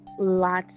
lots